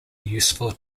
useful